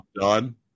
done